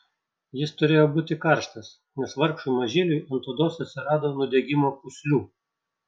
jis turėjo būti karštas nes vargšui mažyliui ant odos atsirado nudegimo pūslių